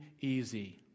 easy